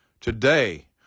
Today